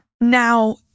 now